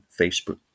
Facebook